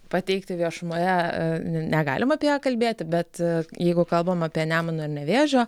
pateikti viešumoje negalim apie ją kalbėti bet jeigu kalbam apie nemuno ir nevėžio